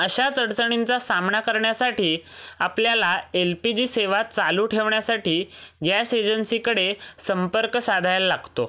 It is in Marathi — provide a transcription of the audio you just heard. अशाच अडचणींचा सामना करण्यासाठी आपल्याला एल पी जी सेवा चालू ठेवण्यासाठी गॅस एजन्सीकडे संपर्क साधाय लागतो